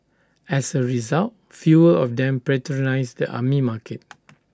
as A result fewer of them patronise the Army Market